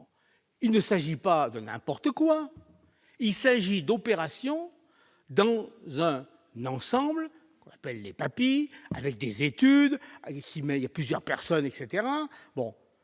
il ne s'agit pas de n'importe quoi, il s'agit d'opérations dans l'ensemble, l'appel les papilles avec des études ici mais il y a plusieurs personnes etc